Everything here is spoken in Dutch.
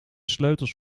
sleutels